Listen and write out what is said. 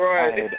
Right